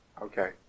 Okay